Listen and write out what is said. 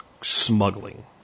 smuggling